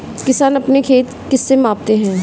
किसान अपने खेत को किससे मापते हैं?